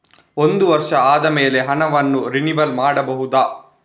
ಒಂದು ವರ್ಷ ಆದಮೇಲೆ ಹಣವನ್ನು ರಿನಿವಲ್ ಮಾಡಬಹುದ?